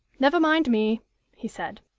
never mind me he said.